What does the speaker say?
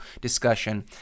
discussion